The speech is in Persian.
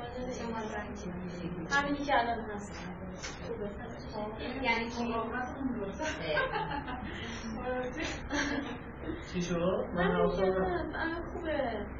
خانم جوان، خانم جوان. خانم جوان. خب. یعنی چی؟ خب، راستون درست. اه. درسته. چی شد؟ من خانم حواسم جوان، نبود. آه، خوبه.